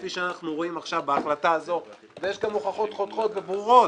כפי שאנחנו רואים עכשיו בהחלטה הזו ויש גם הוכחות חותכות וברורות